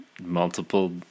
multiple